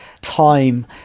time